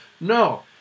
No